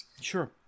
Sure